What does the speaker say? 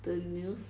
the mousse